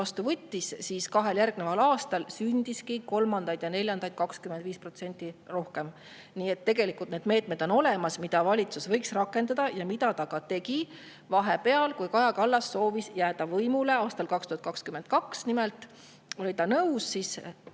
vastu võttis. Kahel järgneval aastal sündiski kolmandaid ja neljandaid [lapsi] 25% rohkem. Nii et tegelikult need meetmed on olemas, mida valitsus võiks rakendada ja mida ta ka tegi vahepeal, kui Kaja Kallas soovis jääda võimule. Aastal 2022 oli ta nimelt